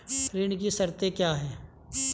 ऋण की शर्तें क्या हैं?